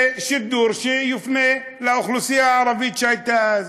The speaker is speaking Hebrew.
שידור שיופנה לאוכלוסייה הערבית שהייתה אז.